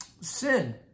Sin